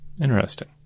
Interesting